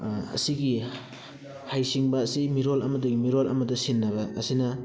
ꯑꯁꯤꯒꯤ ꯍꯩꯁꯤꯡꯕ ꯑꯁꯤ ꯃꯤꯔꯣꯜ ꯑꯃꯗꯒꯤ ꯃꯤꯔꯣꯜ ꯑꯃꯗ ꯁꯤꯟꯅꯕ ꯑꯁꯤꯅ